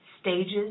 stages